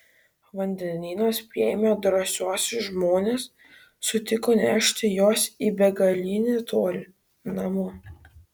vandenynas priėmė drąsiuosius žmones sutiko nešti juos į begalinį tolį namo